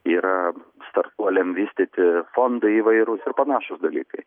yra startuoliam vystyti fondai įvairūs ir panašūs dalykai